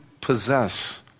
possess